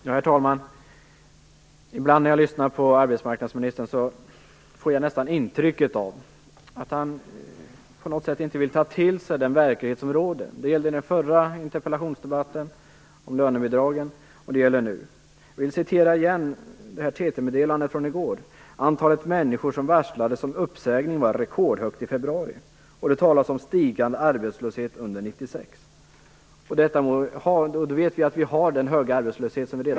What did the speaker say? Herr talman! Jag får när jag lyssnar på arbetsmarknadsministern ibland nästan det intrycket att han inte vill ta till sig den verklighet som råder. Det gällde i den föregående interpellationsdebatten om lönebidragen, och det gäller nu. Jag vill återigen citera ur TT-meddelandet från i går: "Antalet människor som varslades om uppsägning var rekordhögt i februari." Det talas om stigande arbetslöshet under 1996. Samtidigt vet vi att vi redan har en hög arbetslöshet.